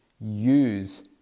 use